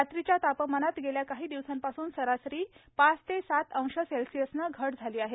रात्रीच्या तापमानात गेल्या काही दिवसांपासून सरासरी पाच ते सात अंश सेल्सिअसनं घट झाली आहे